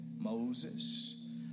Moses